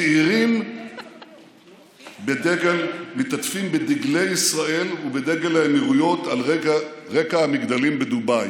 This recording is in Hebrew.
צעירים מתעטפים בדגל ישראל ובדגל האמירויות על רקע המגדלים בדובאי.